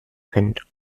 rind